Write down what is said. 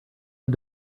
had